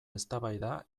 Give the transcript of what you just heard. eztabaida